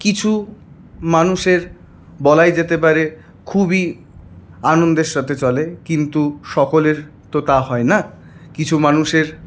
কিছু মানুষের বলাই যেতে পারে খুবই আনন্দের সাথে চলে কিন্তু সকলের তো তা হয় না কিছু মানুষের